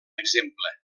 exemple